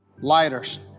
Lighters